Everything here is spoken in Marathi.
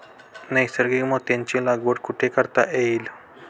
नैसर्गिक मोत्यांची लागवड कुठे करता येईल?